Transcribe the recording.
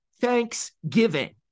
thanksgiving